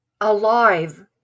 alive